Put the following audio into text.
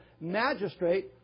magistrate